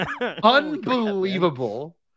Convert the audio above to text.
Unbelievable